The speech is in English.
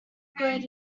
grade